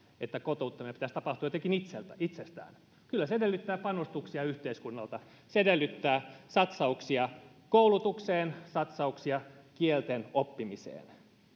että kotouttamisen pitäisi tapahtua jotenkin itsestään kyllä se edellyttää panostuksia yhteiskunnalta se edellyttää satsauksia koulutukseen satsauksia kielten oppimiseen